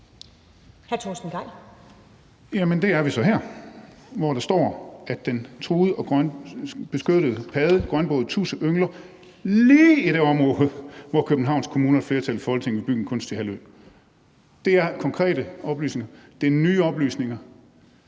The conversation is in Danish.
det er vi så her, i forhold til at der står, at den truede og beskyttede padde grønbroget tudse yngler lige i det område, hvor Københavns Kommune og et flertal i Folketinget vil bygge en kunstig halvø. Det er konkrete oplysninger. Det er nye oplysninger.